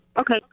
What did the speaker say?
Okay